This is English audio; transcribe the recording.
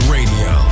Radio